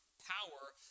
power